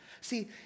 See